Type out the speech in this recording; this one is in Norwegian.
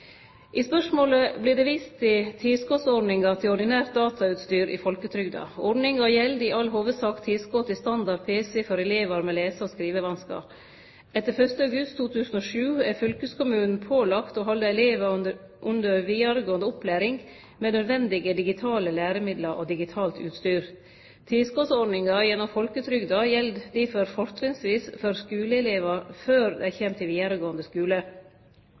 I spørsmålet vert det vist til tilskotsordninga til ordinært datautstyr i folketrygda. Ordninga gjeld i all hovudsak tilskot til standard pc for elevar med lese- og skrivevanskar. Etter 1. august 2007 er fylkeskommunen pålagd å halde elevar under vidaregåande opplæring med nødvendige digitale læremiddel og digitalt utstyr. Tilskotsordninga gjennom folketrygda gjeld difor fortrinnsvis for skuleelevar før dei kjem til vidaregåande skule.